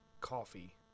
coffee